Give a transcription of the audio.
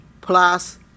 plus